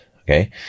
Okay